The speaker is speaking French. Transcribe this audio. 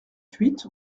huit